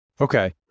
Okay